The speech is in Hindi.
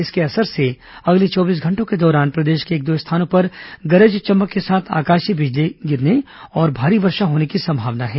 इसके असर से अगले चौबीस घंटों के दौरान प्रदेश के एक दो स्थानों पर गरज चमक के साथ आकाशीय बिजली गिरने और भारी वर्षा होने की संभावना है